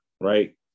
right